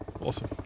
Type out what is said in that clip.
Awesome